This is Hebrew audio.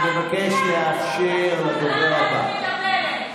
אני מבקש לאפשר לדובר הבא.